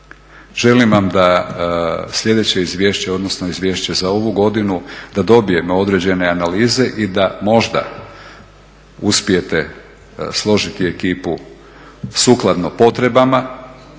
želim vam da sljedeće izvješće odnosno izvješće za ovu godinu da dobijemo određene analize i da možda uspijete složiti ekipu sukladno potrebama